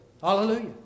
Hallelujah